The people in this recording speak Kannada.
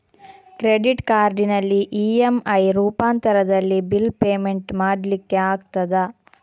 ಕ್ರೆಡಿಟ್ ಕಾರ್ಡಿನಲ್ಲಿ ಇ.ಎಂ.ಐ ರೂಪಾಂತರದಲ್ಲಿ ಬಿಲ್ ಪೇಮೆಂಟ್ ಮಾಡ್ಲಿಕ್ಕೆ ಆಗ್ತದ?